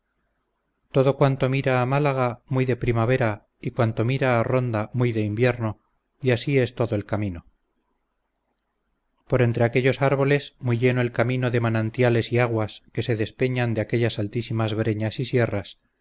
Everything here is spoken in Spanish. todo cuanto mira a málaga muy de primavera y cuanto mira a ronda muy de invierno y así es todo el camino por entre aquellos árboles muy lleno el camino de manantiales y aguas que se despeñan de aquellas altísimas breñas y sierras